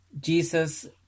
jesus